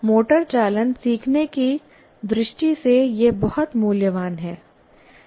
motor चालन सीखने की दृष्टि से यह बहुत मूल्यवान है